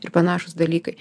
ir panašūs dalykai